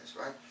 Right